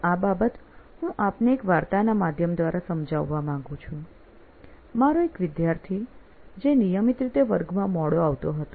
તો આ બાબત હું આપને એક વાર્તા ના માધ્યમ દ્વારા સમજાવવા માંગુ છું મારો એક વિદ્યાર્થી જે નિયમિત રીતે વર્ગમાં મોડો આવતો હતો